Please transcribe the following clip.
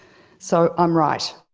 so i'm right.